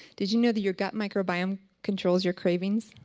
did you know that your gut microbiome controls your cravings?